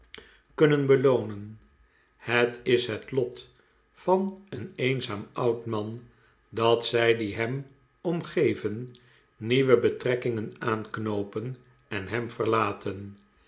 kunnen beloonen het is het lot van een eenzaam oud man dat zij die hem omgeven nieuwe betrekkingen aanknoopen en hem verlaten